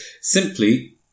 simply